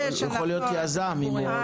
הוא יכול להיות יזם אם הוא רוצה.